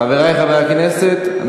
חברי חברי הכנסת,